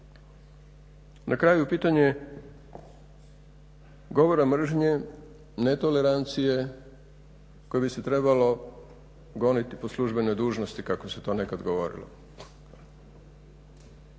na kraju pitanje govora mržnje, netolerancije koje bi se trebalo goniti po službenoj dužnosti kako se to nekad govorilo.